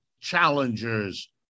challengers